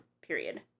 period